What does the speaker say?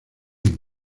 bien